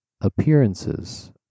appearances